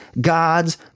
God's